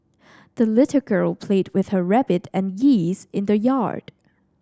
the little girl played with her rabbit and geese in the yard